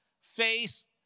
face